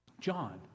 John